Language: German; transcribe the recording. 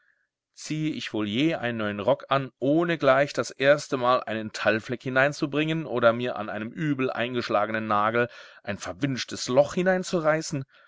ziehe ich wohl je einen neuen rock an ohne gleich das erstemal einen talgfleck hineinzubringen oder mir an einem übel eingeschlagenen nagel ein verwünschtes loch